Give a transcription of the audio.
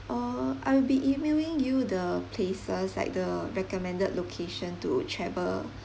uh I will be emailing you the places like the recommended location to travel